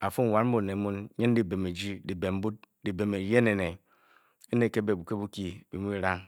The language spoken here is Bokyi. a-fu wan bone mun, nyin dyibem eji dyibem eyen ene e ne ke be ke bokyi byimu bye-raa ng